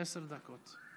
עשר דקות.